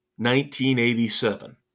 1987